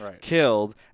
killed